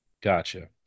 Gotcha